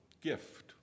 Gift